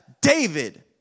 David